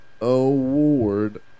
award